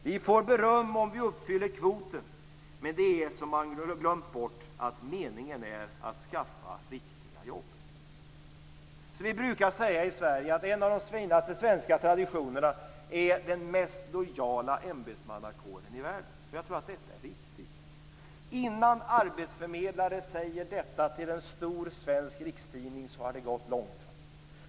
Vi får beröm om vi uppfyller kvoten, men det är som om man glömt bort att meningen är att skaffa riktiga jobb." Vi brukar i Sverige säga att en av de finaste svenska traditionerna är att vi har den mest lojala ämbetsmannakåren i världen. Jag tror att detta är riktigt. Innan arbetsförmedlare säger detta till en stor svensk rikstidning har det gått långt.